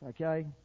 Okay